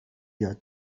یاد